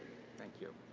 thank you.